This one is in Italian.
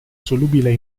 solubile